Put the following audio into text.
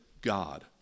God